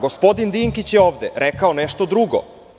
Gospodin Dinkić je ovde rekao nešto drugo.